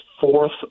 fourth